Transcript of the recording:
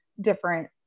different